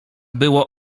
było